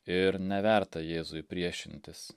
ir neverta jėzui priešintis